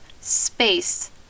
space